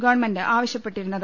government ആവശ്യപ്പെട്ടിരുന്നത്